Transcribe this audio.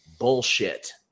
bullshit